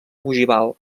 ogival